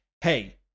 hey